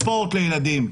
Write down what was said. ספורט לילדים,